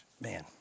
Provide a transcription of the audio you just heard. man